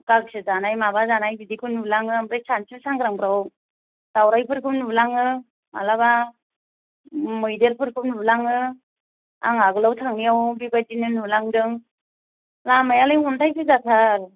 गांसो जानाय माबा जानाय बिदिखौ नुलाङो ओमफ्राय सानसु सांग्रां फ्राव दाउरायफोरखौ नुलाङो मालाबा मैदेरफोरखौबो नुलाङो आं आगोलाव थांनायाव बेबायदिनो नुलांदों लामायालाय अन्थाय गोजाथार